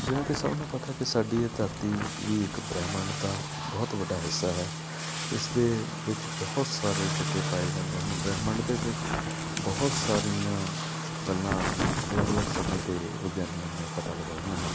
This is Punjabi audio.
ਜਿਵੇਂ ਕਿ ਸਭ ਨੂੰ ਪਤਾ ਕਿ ਸਾਡੀ ਇਹ ਧਰਤੀ ਵੀ ਇੱਕ ਬ੍ਰਹਿਮੰਡ ਦਾ ਬਹੁਤ ਵੱਡਾ ਹਿੱਸਾ ਹੈ ਇਸਦੇ ਵਿੱਚ ਬਹੁਤ ਸਾਰੇ ਕਿੱਤੇ ਪਾਏ ਜਾਂਦੇ ਹਨ ਬ੍ਰਹਿਮੰਡ ਦੇ ਵਿੱਚ ਬਹੁਤ ਸਾਰੀਆਂ ਗੱਲਾਂ ਅਲੱਗ ਅਲੱਗ ਸਮੇਂ 'ਤੇ ਵਿਗਿਆਨੀਆਂ ਨੇ ਪਤਾ ਲਗਾਈਆਂ ਹਨ